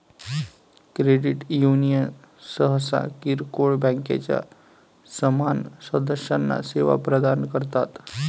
credit union सहसा किरकोळ बँकांच्या समान सदस्यांना सेवा प्रदान करतात